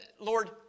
Lord